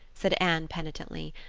said anne penitently.